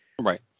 right